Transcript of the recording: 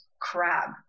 crab